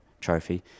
trophy